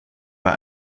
bei